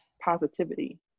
positivity